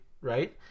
right